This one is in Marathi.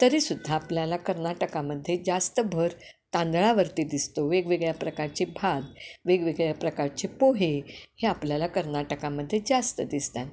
तरीसुद्धा आपल्याला कर्नाटकामध्ये जास्त भर तांदळावरती दिसतो वेगवेगळ्या प्रकारचे भात वेगवेगळ्या प्रकारचे पोहे हे आपल्याला कर्नाटकामध्ये जास्त दिसतात